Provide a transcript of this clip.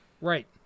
Right